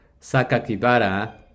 Sakakibara